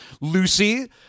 Lucy